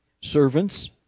Servants